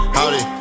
Howdy